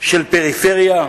של הפריפריה,